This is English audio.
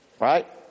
Right